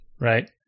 right